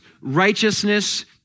righteousness